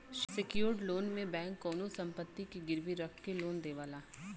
secured loan में bank कउनो संपत्ति के गिरवी रखके लोन देवला